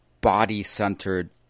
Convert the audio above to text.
body-centered